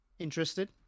Interested